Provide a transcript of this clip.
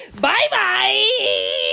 Bye-bye